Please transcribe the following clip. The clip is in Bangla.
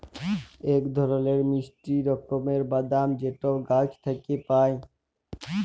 ইক ধরলের মিষ্টি রকমের বাদাম যেট গাহাচ থ্যাইকে পায়